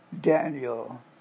Daniel